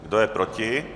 Kdo je proti?